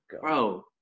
bro